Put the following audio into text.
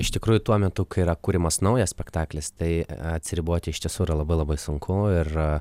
iš tikrųjų tuo metu kai yra kuriamas naujas spektaklis tai atsiriboti iš tiesų yra labai labai sunku ir